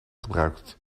gebruikt